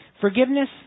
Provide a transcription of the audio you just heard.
Forgiveness